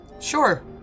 Sure